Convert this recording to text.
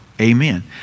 amen